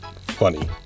funny